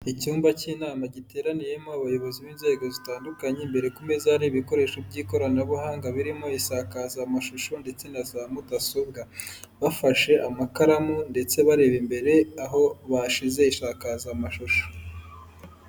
Icyumba cy'inama, giteraniyemo abayobozi b'inzego zitandukanye, imbere ku meza hari ibikoresho by'ikoranabuhanga, birimo isakazamashusho ndetse na za mudasobwa, bafashe amakaramu ndetse bareba imbere, aho bashyize isakazamashusho.